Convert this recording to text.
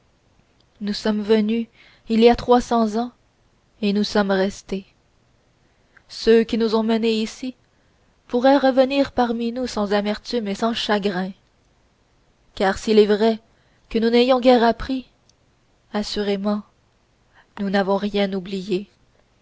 nous sommes venus il y a trois cents ans et nous sommes restés ceux qui nous ont menés ici pourraient revenir parmi nous sans amertume et sans chagrin car s'il est vrai que nous n'ayons guère appris assurément nous n'avons rien oublié